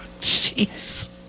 jeez